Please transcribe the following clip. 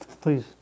Please